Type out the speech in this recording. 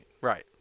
Right